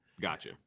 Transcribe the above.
Gotcha